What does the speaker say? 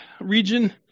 region